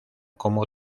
como